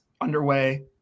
underway